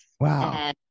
Wow